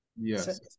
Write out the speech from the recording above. Yes